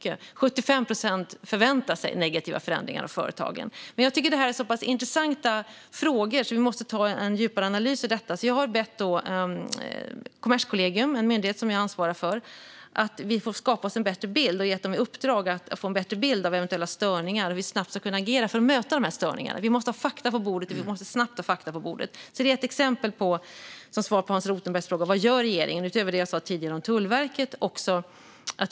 Av företagen är det 75 procent som förväntar sig negativa förändringar. Jag tycker att det här är så pass intressanta frågor att vi måste göra en djupare analys av detta. Jag har därför gett Kommerskollegium, en myndighet som jag ansvarar för, i uppdrag att ge oss en bättre bild av eventuella störningar och hur vi snabbt ska kunna agera för att möta dem. Vi måste snabbt ha fakta på bordet. Detta är, som svar på Hans Rothenbergs fråga, ett exempel på vad regeringen gör, utöver det jag sa tidigare om Tullverket.